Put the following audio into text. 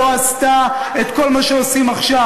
לא עשתה את כל מה שעושים עכשיו.